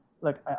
look